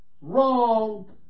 wrong